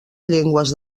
llengües